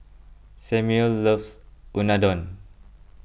Samual loves Unadon